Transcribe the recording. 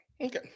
Okay